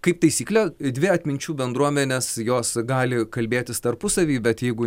kaip taisyklė dvi atminčių bendruomenės jos gali kalbėtis tarpusavy bet jeigu